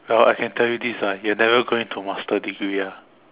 well I can tell you this ah you are never going to masters degree ah